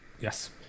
Yes